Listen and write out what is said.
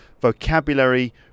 vocabulary